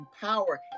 power